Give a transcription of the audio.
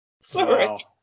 Sorry